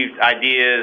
ideas